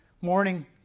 morning